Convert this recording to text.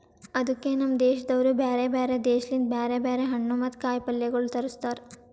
ಅದುಕೆ ನಮ್ ದೇಶದವರು ಬ್ಯಾರೆ ಬ್ಯಾರೆ ದೇಶ ಲಿಂತ್ ಬ್ಯಾರೆ ಬ್ಯಾರೆ ಹಣ್ಣು ಮತ್ತ ಕಾಯಿ ಪಲ್ಯಗೊಳ್ ತರುಸ್ತಾರ್